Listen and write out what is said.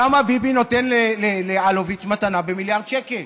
למה ביבי נותן לאלוביץ' מתנה במיליארד שקל?